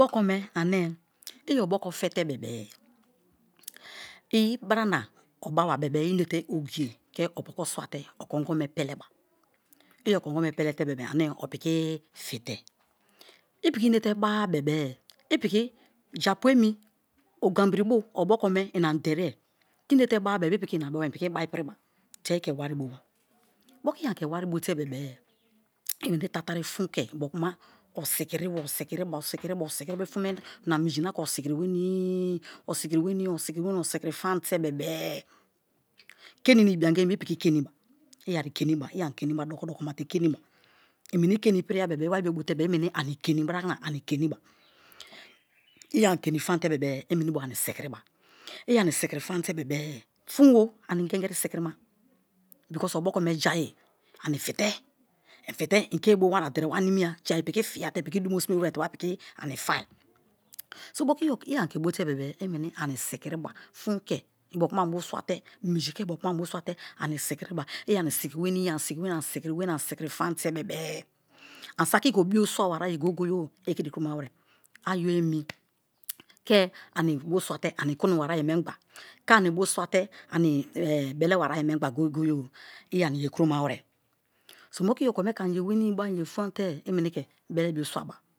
O̱bo̱ko̱me ane i o̱bo̱ko̱ fete bebe-e i brana o̱ba̱ba̱ bebe-e i inete ogiye ke okongo swate okongo me peleba i okongo me pelete bebe ane opiki fite i piki inete ba-a bebe-e japu emi oboke me i na ni derie i̱ inete ba-a bebe i piki ina beba i piki ba ipiriba te i ke wari boba moku i̱ ani ke wari bote-e i weni tatari fun ke ibiokuma o sikiri o sikiri o sikiri o sikiri i fun me na minji na ke osikiri wenii osikiri famate bebe-e keni na ibianga emi be i piki keniba i ani keniba doko-doko ma te renima, i weni keni i̱ piria bebe i wari bote-e i brana ani keniba i̱ ani sikiriba i ani sikiri famate bebe-e, fun-o ani ingeri sikirima because obokome jai ani fite i ke bo wona derie wanimiya jai piki fiya te duma simewere te wa piki ani fai so moku i ani ke bote bebe i meni ani sikiriba, fun ke ibioku ani bio swate, minji ke ibiokuma ani bio swate ani sikiriba i anisikiriweni ani siki fam te bebe-e ani saki i̱ ke obio swawariye goye-goye i kiri kuro ma were. Ayo emi, ke anibio swate ani kunu warei mengba, ke ani bu swate ani belewarie mengba goye-e i̱ ani ye kuroma were so moku i okome ke ani ye wenii ani̱ ye fam te i ke bele bio swaba.